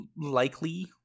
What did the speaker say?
likely